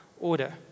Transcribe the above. order